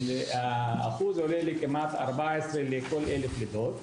האחוז עולה לכמעט 14 לכל 1,000 לידות,